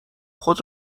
خود